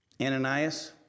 Ananias